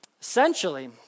Essentially